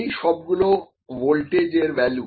এই সবগুলো ভোল্টেজ এর ভ্যালু